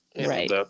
Right